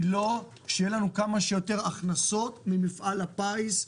היא לא שיהיה לנו כמה שיותר הכנסת ממפעל הפיס,